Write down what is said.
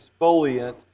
exfoliant